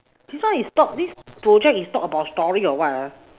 this one is talk this project is talk about story or what ah